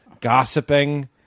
gossiping